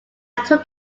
took